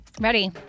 Ready